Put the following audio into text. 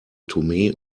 tomé